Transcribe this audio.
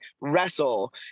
wrestle